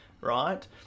right